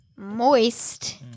Moist